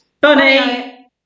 Bunny